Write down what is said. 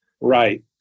Right